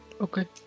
Okay